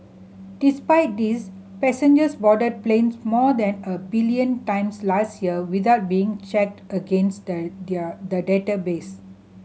despite this passengers boarded planes more than a billion times last year without being checked against their their the database